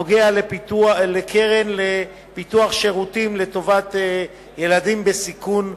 נוגע לקרן לפיתוח שירותים לטובת ילדים בסיכון,